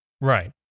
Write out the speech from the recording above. Right